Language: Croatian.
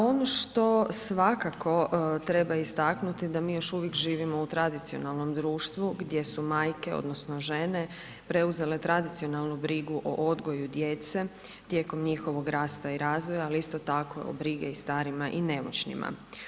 Ono što svakako treba istaknuti da mi još uvijek živimo u tradicionalnom društvu gdje su majke, odnosno žene preuzele tradicionalnu brigu o odgoju djece tijekom njihovog rasta i razvoja, ali isto tako o brige o starijima i nemoćnima.